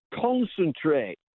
Concentrate